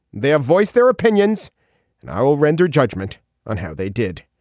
they have voiced their opinions and i will render judgment on how they did.